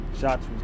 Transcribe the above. shots